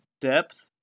depth